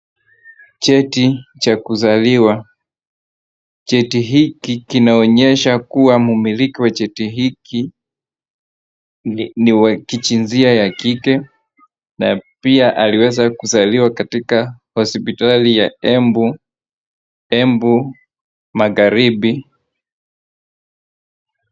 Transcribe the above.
Cheti cha kuzaliwa, cheti hiki kinaonyesha kuwa mumiliki wa cheti hiki ni wa kijinsia ya kike, na pia aliweza kuzaliwa katika hospitali ya Embu, Embu magharibi.